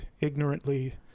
ignorantly